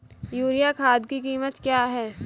Urea खाद की कीमत क्या है?